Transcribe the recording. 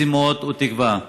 משימות ותקווה.